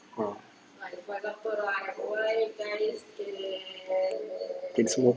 ah can smoke